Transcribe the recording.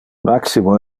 maximo